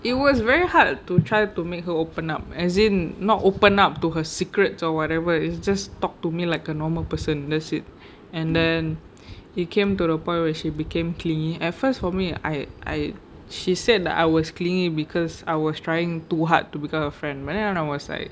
it was very hard to try to make her open up as in not open up to her secrets or whatever it's just talk to me like a normal person that's it and then it came to the point where she became clingy at first for me I I she said that I was clingy because I was trying too hard to become her friend but then I was like